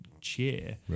cheer